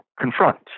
confront